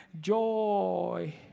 Joy